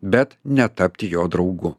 bet netapti jo draugu